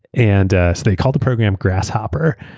and they called the program grasshopper.